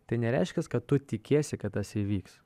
tai nereiškias kad tu tikiesi kad tas įvyks